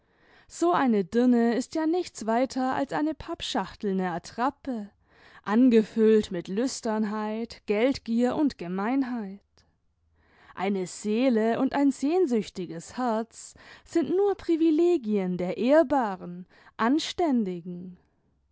so eine dirne ist ja nichts weiter als eine pappschachtelne attrappe angefüllt mit lüsternheit geldgier und gemeinheit eine seele imd ein sehnsüchtiges herz sind nur privilegien der ehrbaren anständigen